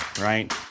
right